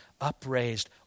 upraised